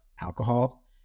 alcohol